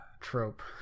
trope